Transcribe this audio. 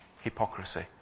hypocrisy